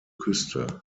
küste